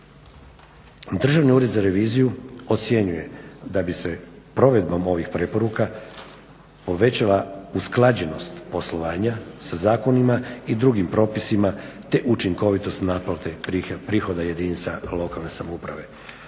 Državni ured za reviziju ocjenjuje da bi se provedbom ovih preporuka povećala usklađenost poslovanja sa zakonima i drugim propisima te učinkovitost naplate prihoda jedinica lokalne samouprave.